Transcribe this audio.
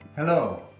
Hello